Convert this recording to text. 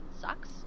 sucks